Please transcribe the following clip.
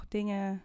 dingen